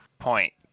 point